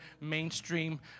mainstream